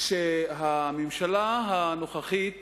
הממשלה הנוכחית